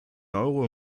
euro